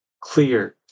clear